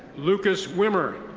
lucas wimmer.